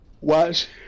watch